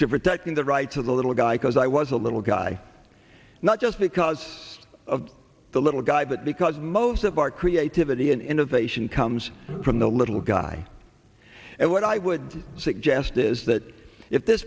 to protecting the rights of the little guy cause i was a little guy not just because of the little guy but because most of our creativity and innovation comes from the little guy and what i would suggest is that if th